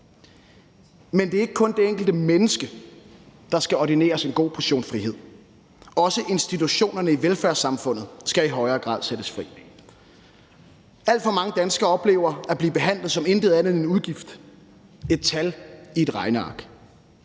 Men det er ikke kun det enkelte menneske, der skal ordineres en god portion frihed, også institutionerne i velfærdssamfundet skal i højere grad sættes fri. Alt for mange danskere oplever at blive behandlet som intet andet end en udgift, et tal i et regneark.